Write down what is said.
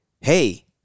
hey